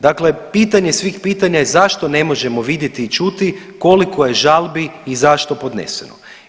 Dakle, pitanje svih pitanja je zašto ne možemo vidjeti i čuti koliko je žalbi i zašto podneseno.